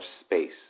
space